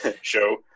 show